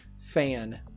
fan